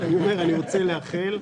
אני אומר: אני רוצה לאחל.